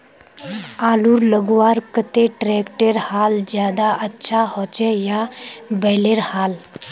आलूर लगवार केते ट्रैक्टरेर हाल ज्यादा अच्छा होचे या बैलेर हाल?